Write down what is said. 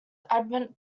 advent